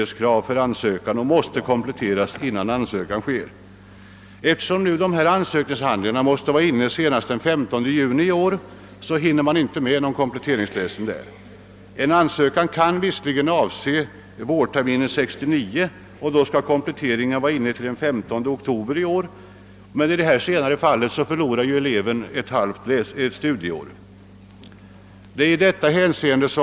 Detta ämne måste alltså kompletteras innan ansökan inges. Eftersom ansökningshandlingarna måste vara inne senast den 15 juni 1968 hinns detta inte med. En ansökan kan visserligen avse vårterminen 1969, varvid kompletteringen måste vara klar till den 15 oktober i år, men i detta senare fall förlorar eleven ett halvt studieår.